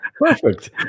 Perfect